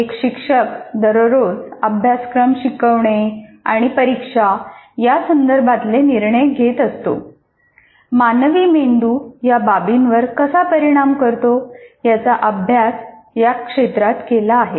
एक शिक्षक दररोज अभ्यासक्रम शिकवणे आणि परीक्षा यासंदर्भातले निर्णय घेत असतो मानवी मेंदू या बाबींवर कसा परिणाम करतो याचा अभ्यास या क्षेत्रात केला आहे